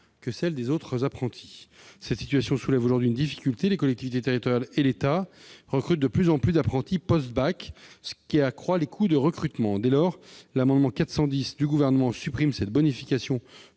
à celle des autres apprentis. Cette situation soulève aujourd'hui une difficulté, car les collectivités territoriales et l'État recrutent de plus en plus d'apprentis post-bac, ce qui accroît les coûts de recrutement. L'amendement n° 410 du Gouvernement tend à supprimer cette bonification